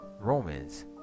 Romans